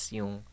yung